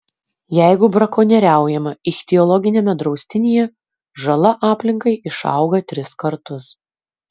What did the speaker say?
jeigu brakonieriaujama ichtiologiniame draustinyje žala aplinkai išauga tris kartus